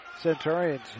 Centurions